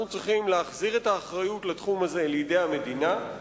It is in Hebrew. אנחנו צריכים להחזיר את האחריות לתחום הזה לידי המדינה,